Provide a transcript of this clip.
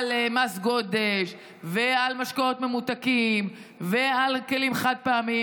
מס גודש ועל משקאות ממותקים ועל כלים חד-פעמיים,